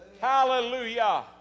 Hallelujah